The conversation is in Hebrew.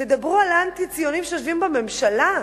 תדברו על האנטי-ציונים שיושבים בממשלה,